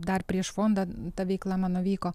dar prieš fondą ta veikla mano vyko